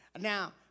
Now